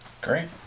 Great